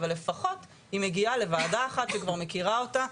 אבל לפחות היא מגיעה לוועדה אחת שהיא כבר מכירה אותה,